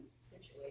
situation